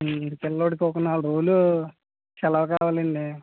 పిల్లోడుకి ఒక నాలుగు రోజులు సెలవు కావాలండి